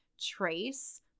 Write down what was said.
trace